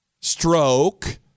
Stroke